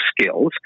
skills